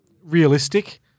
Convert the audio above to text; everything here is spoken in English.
realistic